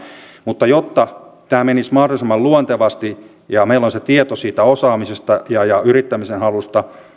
mutta jotta tämä menisi mahdollisimman luontevasti ja meillä on se tieto siitä osaamisesta ja ja yrittämisen halusta